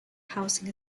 housing